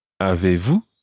Avez-vous